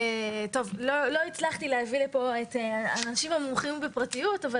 לא הצלחתי להביא לפה את האנשים המומחים לפרטיות אבל